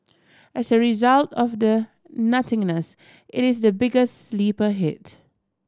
as a result of the nothingness it is the biggest sleeper hit